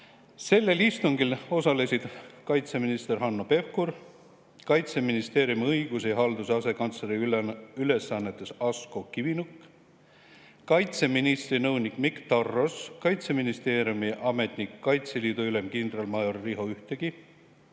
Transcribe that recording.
novembri istungil, kus osalesid kaitseminister Hanno Pevkur, Kaitseministeeriumi õiguse ja halduse asekantsleri ülesannetes Asko Kivinuk, kaitseministri nõunik Mikk Tarros, Kaitseministeeriumi ametnik, Kaitseliidu ülem kindralmajor Riho Ühtegi,